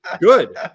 Good